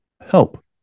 help